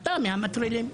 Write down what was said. אתה מהמטרילים.